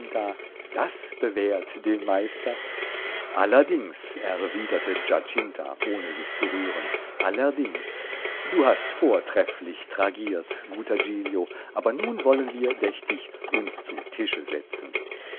das bewährt den meister allerdings erwiderte giacinta ohne sich zu rühren allerdings du hast vortrefflich tragiert guter giglio aber nun wollen wir dächt ich uns zu tische setzen